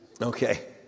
okay